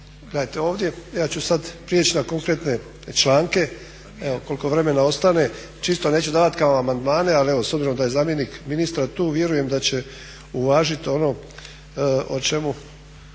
Gledajte ovdje ja ću sad prijeći na konkretne članke koliko vremena ostane, čisto neću davat kao amandmane ali evo s obzirom da je zamjenik ministra tu vjerujem da će uvažiti ono što nas muči.